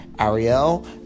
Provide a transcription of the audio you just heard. Ariel